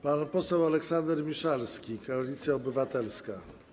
Pan poseł Aleksander Miszalski, Koalicja Obywatelska.